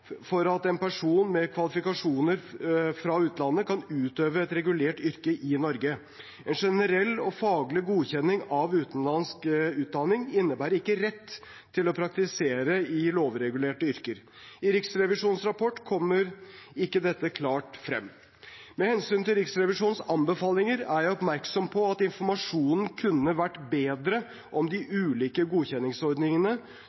for at en person med kvalifikasjoner fra utlandet skal kunne utøve et regulert yrke i Norge. En generell og faglig godkjenning av utenlandsk utdanning innebærer ikke en rett til å praktisere i lovregulerte yrker. I Riksrevisjonens rapport kommer ikke dette klart frem. Med hensyn til Riksrevisjonens anbefalinger er jeg oppmerksom på at informasjonen om de ulike godkjenningsordningene og hos godkjenningsmyndighetene kunne ha vært bedre